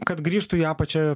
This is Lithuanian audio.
kad grįžtų į apačią